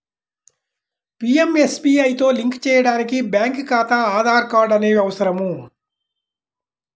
పీయంఎస్బీఐతో లింక్ చేయడానికి బ్యేంకు ఖాతా, ఆధార్ కార్డ్ అనేవి అవసరం